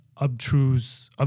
obtruse